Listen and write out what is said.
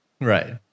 Right